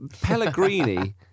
Pellegrini